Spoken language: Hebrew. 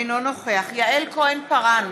אינו נוכח יעל כהן-פארן,